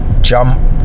Jump